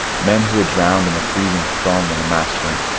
men who had drowned in the freezing foam when the mast went,